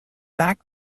back